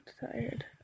tired